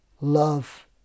love